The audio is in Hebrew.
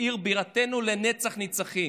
בעיר בירתנו לנצח נצחים.